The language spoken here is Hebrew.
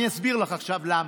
אני אסביר לך עכשיו למה.